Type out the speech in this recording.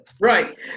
Right